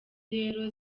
rero